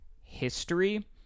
history